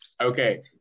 Okay